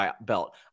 belt